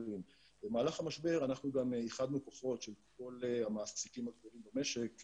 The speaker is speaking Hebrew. במהלך המשבר אנחנו גם איחדנו כוחות של כל המעסיקים הגדולים במשק,